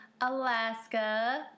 Alaska